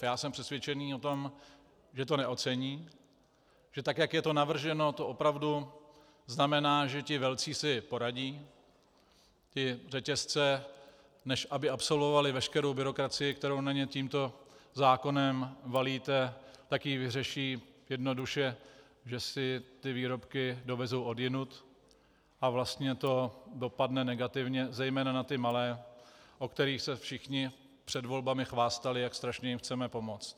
Já jsem přesvědčený o tom, že to neocení, že tak jak je to navrženo, to opravdu znamená, že ti velcí si poradí, ty řetězce, než aby absolvovaly veškerou byrokracii, kterou na ně tímto zákonem valíte, tak ji vyřeší jednoduše, že si ty výrobky dovezou odjinud a vlastně to dopadne negativně zejména na ty malé, o kterých se všichni před volbami chvástali, jak strašně jim chceme pomoci.